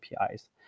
APIs